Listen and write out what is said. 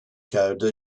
coder